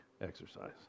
exercise